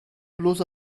bloß